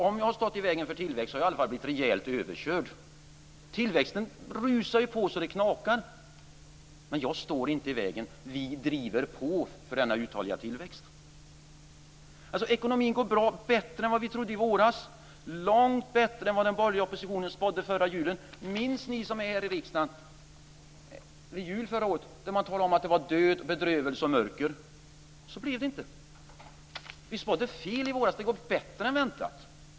Om jag har stått i vägen för tillväxt har jag i alla fall blivit rejält överkörd. Tillväxten rusar ju på så det knakar. Men jag står inte i vägen. Vi driver på för denna uthålliga tillväxt. Ekonomin går bra, bättre än vad vi trodde i våras, långt bättre än vad den borgerliga oppositionen spådde förra julen. Minns ni som var här i riksdagen vid jul förra året att man talade om att det var död, bedrövelse och mörker? Så blev det inte. Vi spådde fel i våras, det går bättre än väntat.